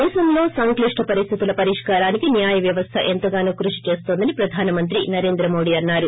దేశంలో సంక్లిష్ట పరిస్దితుల పరిష్కారానికి న్యాయవ్యవస్ద ఎంతగానో కృషి చేస్తోందని ప్రధానమంత్రి నరేంద్ర మోదీ అన్నారు